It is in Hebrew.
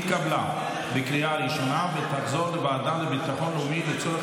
לוועדה לביטחון לאומי נתקבלה.